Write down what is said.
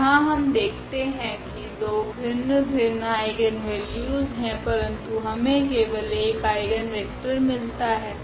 तो यहाँ हम देखते है की दो भिन्न भिन्न आइगनवेल्यूस है परंतु हमे केवल एक आइगनवेक्टर मिलता है